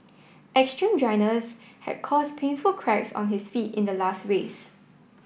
extreme dryness had caused painful cracks on his feet in the last race